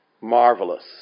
Marvelous